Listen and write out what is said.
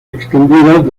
extendidas